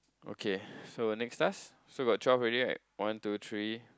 okay so the next task so got twelve already right one two three